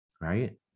right